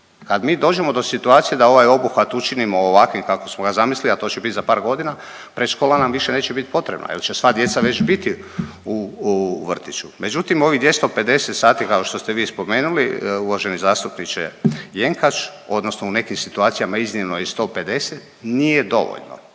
kad mi dođemo do situacije da ovaj obuhvat učinimo ovakvim kako smo ga zamislili, a to će biti za par godina, predškola nam više neće biti potrebna jer će sva djeca već biti u vrtiću. Međutim, ovih 250 sati, kao što ste vi spomenuli, uvaženi zastupniče Jenkač, odnosno u nekim situacijama iznimno i 150 nije dovoljno.